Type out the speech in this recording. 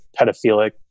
pedophilic